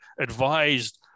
advised